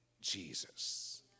Jesus